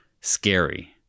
scary